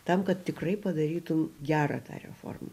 tam kad tikrai padarytum gerą tą reformą